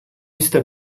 jste